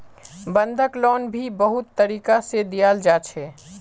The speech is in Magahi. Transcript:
बंधक लोन भी बहुत तरीका से दियाल जा छे